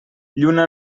lluna